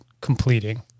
completing